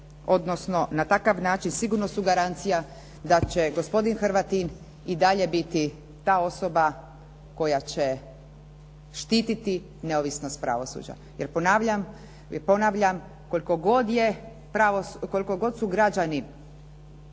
odnosno na takav način sigurno su garancija da će gospodin Hrvatin i dalje biti ta osoba koja će štititi neovisnost pravosuđa jer ponavljam, koliko god su građani